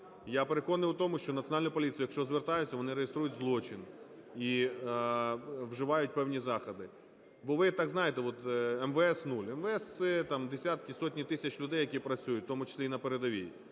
Я переконаний у тому, що Національна поліція, якщо звертаються, вони реєструють злочин і вживають певні заходи. Бо ви так, знаєте, от, МВС – нуль. МВС – це десятки, сотні тисяч людей, які працюють, в тому числі і на передовій.